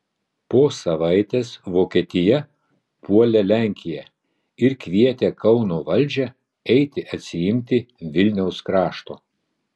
po savaitės vokietija puolė lenkiją ir kvietė kauno valdžią eiti atsiimti vilniaus krašto